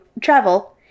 travel